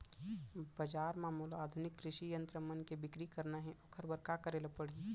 बजार म मोला आधुनिक कृषि यंत्र मन के बिक्री करना हे ओखर बर का करे ल पड़ही?